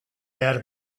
behar